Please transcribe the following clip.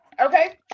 okay